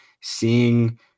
seeing